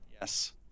yes